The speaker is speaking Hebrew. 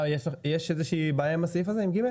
יש איזושהי בעיה עם סעיף ג'?